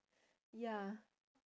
ya